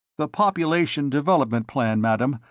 the population development plan, madam,